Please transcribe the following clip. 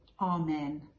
Amen